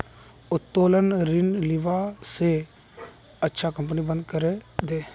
उत्तोलन ऋण लीबा स अच्छा कंपनी बंद करे दे